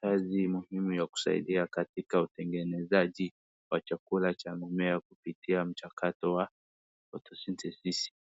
kazi muhimu ya kusaida katika utengenezaji wa wa chakula cha mmea kupitia mchakato wa photosynthesis .